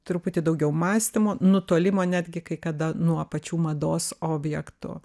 truputį daugiau mąstymo nutolimo netgi kai kada nuo pačių mados objektų